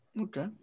Okay